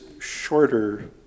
shorter